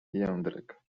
jędrek